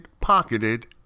pocketed